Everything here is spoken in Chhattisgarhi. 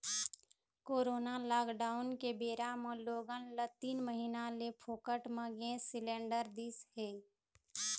कोरोना लॉकडाउन के बेरा म लोगन ल तीन महीना ले फोकट म गैंस सिलेंडर दिस हे